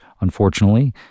unfortunately